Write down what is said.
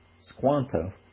Squanto